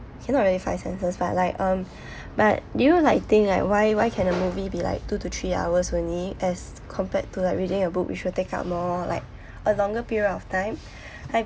cannot really five senses right but like um but do you like think like why why can a movie be like two to three hours only as compared to like reading a book which will take up more like a longer period of time